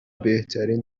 بهترین